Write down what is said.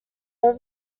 over